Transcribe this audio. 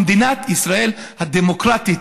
ומדינת ישראל הדמוקרטית,